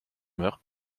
meurt